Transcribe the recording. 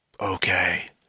Okay